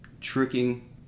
tricking